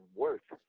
worth